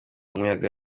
umuyaga